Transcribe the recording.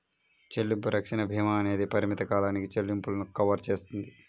చెల్లింపు రక్షణ భీమా అనేది పరిమిత కాలానికి చెల్లింపులను కవర్ చేస్తుంది